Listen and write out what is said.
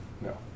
No